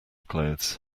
clothes